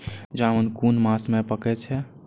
जामून कुन मास में पाके छै?